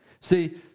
See